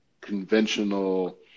conventional